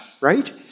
right